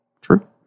True